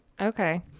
Okay